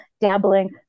dabbling